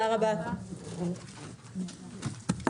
הישיבה ננעלה בשעה 12:00.